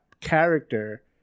character